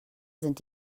sind